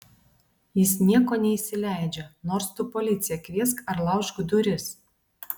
jis nieko neįsileidžia nors tu policiją kviesk ar laužk duris